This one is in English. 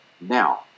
now